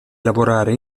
lavorare